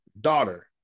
daughter